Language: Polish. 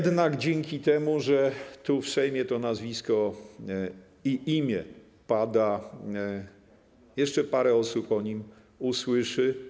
Dzięki temu, że tu, w Sejmie, to nazwisko i imię pada, jeszcze parę osób o nim usłyszy.